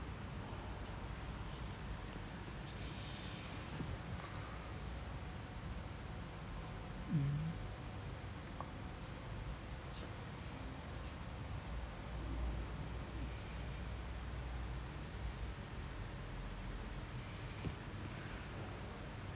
mm